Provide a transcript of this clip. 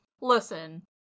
listen